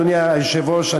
אדוני היושב-ראש,